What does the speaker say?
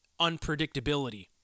unpredictability